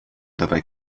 dabei